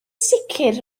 sicr